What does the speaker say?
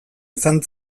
izan